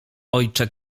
ojcze